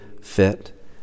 fit